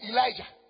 Elijah